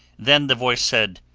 then the voice said,